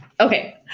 okay